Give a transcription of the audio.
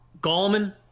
Gallman